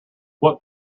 what